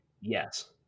Yes